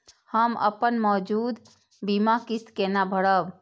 हम अपन मौजूद बीमा किस्त केना भरब?